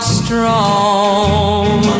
strong